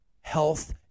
health